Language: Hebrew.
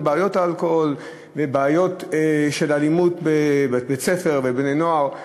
עם בעיות האלכוהול ובעיות של אלימות בבית-ספר ובין בני-נוער.